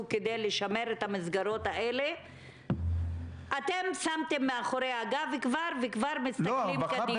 כדי לשמר את המסגרות האלה שמתם מאחורי הגב ואתם כבר מסתכלים קדימה.